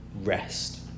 rest